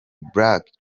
black